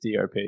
DOP